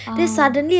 ah